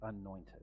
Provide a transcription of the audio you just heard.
anointed